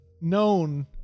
known